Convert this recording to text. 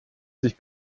sich